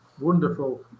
Wonderful